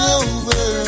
over